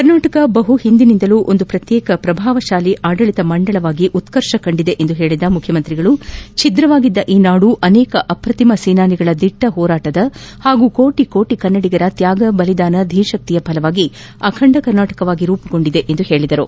ಕರ್ನಾಟಕ ಬಹು ಹಿಂದಿನಿಂದಲೂ ಒಂದು ಪ್ರತ್ಯೇಕ ಪ್ರಭಾವಶಾಲಿ ಆಡಳಿತ ಮಂಡಲವಾಗಿ ಉತ್ತರ್ಷ ಕಂಡಿದೆ ಎಂದು ಹೇಳಿದ ಮುಖ್ಯಮಂತ್ರಿಯವರು ಛಿದ್ರವಾಗಿದ್ದ ಈ ನಾಡು ಅನೇಕ ಅಪ್ರತಿಮ ಸೇನಾನಿಗಳ ದಿಟ್ಟ ಹೋರಾಟದ ಹಾಗೂ ಕೋಟ ಕೋಟ ಕನ್ನಡಿಗರ ತ್ಯಾಗ ಬಲಿದಾನ ಧೀತಕ್ತಿಯ ಫಲವಾಗಿ ಅಖಂಡ ಕರ್ನಾಟಕವಾಗಿ ರೂಪುಗೊಂಡಿದೆ ಎಂದರು